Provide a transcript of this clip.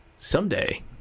Someday